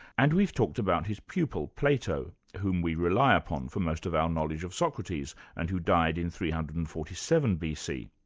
and we've talked about his pupil, plato, whom we rely upon for most of our knowledge of socrates, and who died in three hundred and forty seven bc.